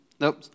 Nope